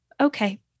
okay